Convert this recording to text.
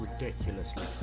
ridiculously